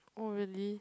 oh really